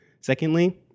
Secondly